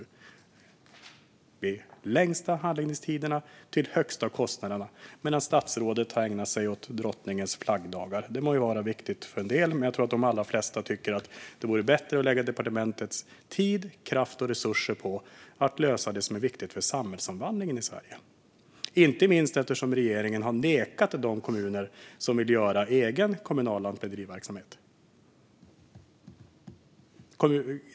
Vi har de längsta handläggningstiderna och de högsta kostnaderna, medan statsrådet har ägnat sig åt drottningens flaggdagar. Detta må vara viktigt för en del, men jag tror att de allra flesta tycker att det vore bättre att lägga departementets tid, kraft och resurser på att lösa det som är viktigt för samhällsomvandlingen i Sverige, inte minst eftersom regeringen har nekat de kommuner som vill bedriva egen, kommunal lantmäteriverksamhet.